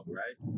right